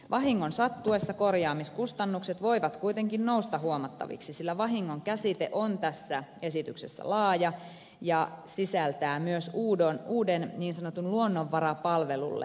vahingon sattuessa korjaamiskustannukset voivat kuitenkin nousta huomattaviksi sillä vahingon käsite on tässä esityksessä laaja ja sisältää myös niin sanotulle luonnonvarapalvelulle aiheutuneet vahingot